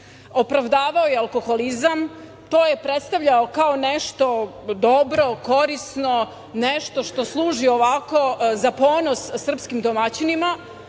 opravdavao je alkoholizam. To je predstavljao kao nešto dobro, korisno, nešto što služi ovako za ponos srpskim domaćinima. Prethodni